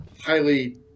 highly